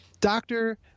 doctor